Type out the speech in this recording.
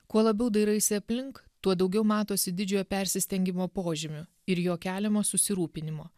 kuo labiau dairaisi aplink tuo daugiau matosi didžiojo persistengimo požymių ir jo keliamo susirūpinimo